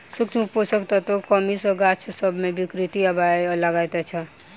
सूक्ष्म पोषक तत्वक कमी सॅ गाछ सभ मे विकृति आबय लागैत छै